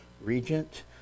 regent